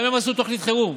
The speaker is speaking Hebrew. גם הם עשו תוכנית חירום,